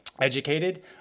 educated